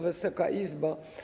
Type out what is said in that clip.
Wysoka Izbo!